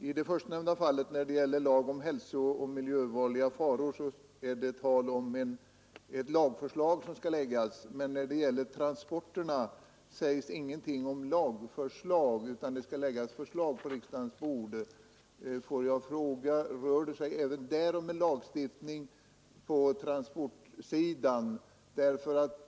I det ena fallet — när det gäller lag om hälsooch miljöfarliga varor — talas om att ett lagförslag skall framläggas, men när det gäller transporterna sägs ingenting om något lagförslag utan bara att det skall framläggas förslag. Får jag fråga: Rör det sig även på transportsidan om en lagstiftning?